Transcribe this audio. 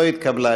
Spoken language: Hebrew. לא התקבלה.